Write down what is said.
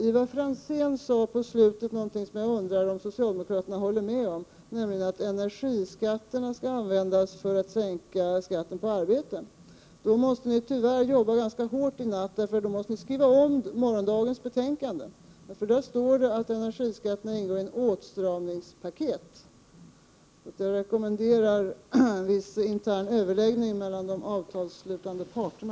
Ivar Franzén sade nämligen på slutet något som jag undrar om socialdemokraterna håller med om, nämligen att energiskatten skall användas till att sänka skatten på arbete. Då måste ni tyvärr jobba ganska hårt i natt. Ni måste nämligen skriva om det betänkande som vi skall kande. behandla i morgon. I det står nämligen att energiskatterna ingår i ett åtstramningspaket. Jag rekommenderar viss intern överläggning mellan de avtalsslutande parterna.